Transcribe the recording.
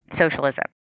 socialism